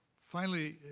finally,